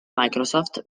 microsoft